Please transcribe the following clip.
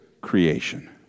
creation